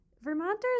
Vermonters